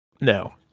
No